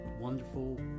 wonderful